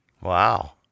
Wow